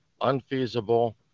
unfeasible